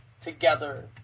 together